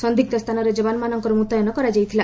ସନ୍ଦିଗ୍ ସ୍ଥାନରେ ଯବାନମାନଙ୍କର ମୁତୟନ କରାଯାଇଥିଲା